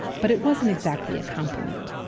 but it wasn't exactly a compliment.